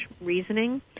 reasoning